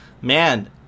man